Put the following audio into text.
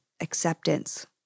acceptance